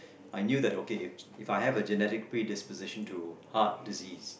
I knew that okay If I have a genetic predisposition to heart disease